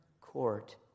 court